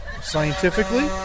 scientifically